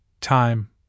time